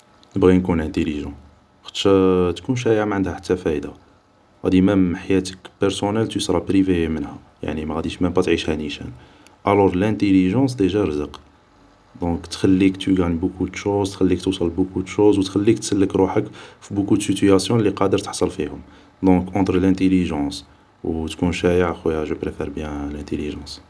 نبغي نكون انتيليجون ، خاطش تكون شايع ما عندها حتى فايد ، وغادي مام حياتك بارسونال تو سورا بريفي منها ، يعني ماغاديش مام با تعيشها نيشان ، الور لانتيليجونس ديجا رزق ، دونك تخليك تو قاني بوكو دو شوز تخليك توصل بوكو دو شوز و تخليك تسلك روحك في بوكو دو سيتياسيون لي قادر تحصل فيهم ، دونك اونتر لانتيليجونص و تكون شايع اخويا جو بريفار بيان لانتيليجونص